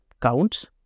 counts